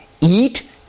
eat